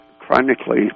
chronically